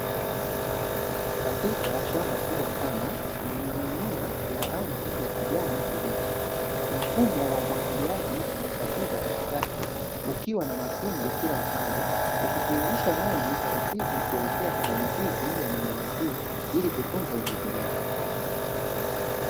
Katika shamba kubwa sana lenye mimea ya rangi ya kijani kibichi, mfumo wa umwagiliaji umekatiza katikati ukiwa na matundu kila upande ukitiririsha maji taratibu kuelekea kwenye mizizi ya mimea hii ili kutunza unyevunyevu.